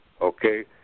okay